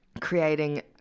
creating